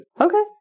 Okay